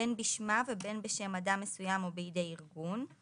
"בין בשמה ובין בשם אדם מסוים או בידי ארגון";